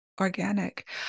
Organic